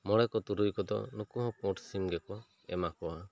ᱢᱚᱬᱮ ᱠᱚ ᱛᱩᱨᱩᱭ ᱠᱚᱫᱚ ᱱᱩᱠᱩ ᱦᱚᱸ ᱯᱩᱸᱰ ᱥᱤᱢ ᱜᱮᱠᱚ ᱮᱢᱟ ᱠᱚᱣᱟ